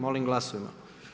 Molim glasujmo.